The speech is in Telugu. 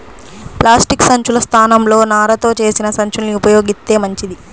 ప్లాస్టిక్ సంచుల స్థానంలో నారతో చేసిన సంచుల్ని ఉపయోగిత్తే మంచిది